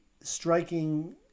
striking